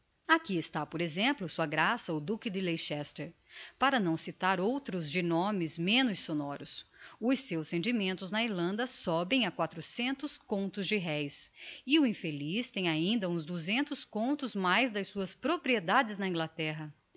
aqui está por exemplo sua graça o duque de leicester para não citar outros de nomes menos sonoros os seus rendimentos na irlanda sobem a quatrocentos contos de reis e o infeliz tem ainda uns duzentos contos mais das suas propriedades na inglaterra